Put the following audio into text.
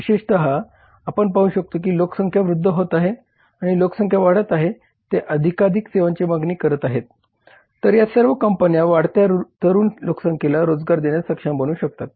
विशेषतः आपण पाहू शकतो की लोकसंख्या वृद्ध होत आहे आणि लोकसंख्या वाढत आहे ते अधिकाधिक सेवांची मागणी करत आहेत तर या सर्व कंपन्या वाढत्या तरुण लोकसंख्येला रोजगार देण्यास सक्षम बनू शकतात